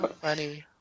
funny